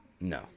No